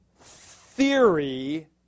theory